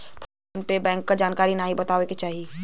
phone पे bank क जानकारी नाहीं बतावे के चाही